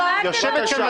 לראות אותו?